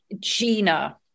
Gina